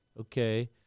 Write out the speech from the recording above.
okay